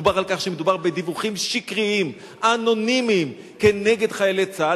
דובר על כך שמדובר בדיווחים שקריים אנונימיים כנגד חיילי צה"ל.